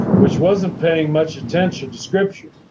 which wasn't paying much attention to scripture,